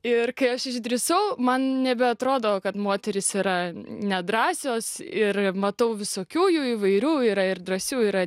ir kai aš išdrįsau man nebeatrodo kad moterys yra nedrąsios ir matau visokių jų įvairių yra ir drąsių yra